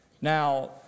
Now